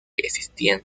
existiendo